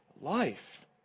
life